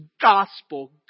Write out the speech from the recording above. gospel